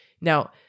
Now